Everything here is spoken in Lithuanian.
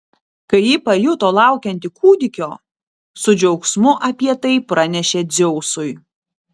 kai ji pajuto laukianti kūdikio su džiaugsmu apie tai pranešė dzeusui